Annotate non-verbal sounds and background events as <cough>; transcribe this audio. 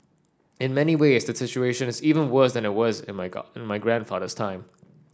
in many ways the situation is even worse than it was in my <unintelligible> in my grandfather's time